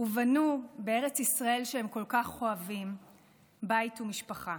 ובנו בארץ ישראל, שהם כל כך אוהבים, בית ומשפחה.